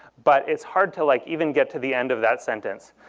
but it's hard to like even get to the end of that sentence.